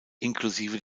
inklusive